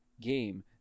game